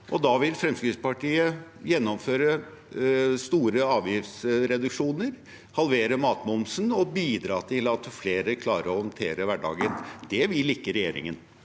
Da vil Fremskrittspartiet gjennomføre store avgiftsreduksjoner, halvere matmomsen og bidra til at flere klarer å håndtere hverdagen. Det vil ikke regjeringen.